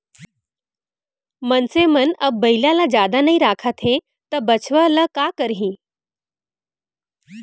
मनसे मन अब बइला ल जादा नइ राखत हें त बछवा ल का करहीं